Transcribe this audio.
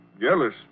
Jealous